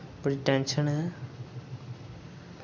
बड़ी टैंशन ऐ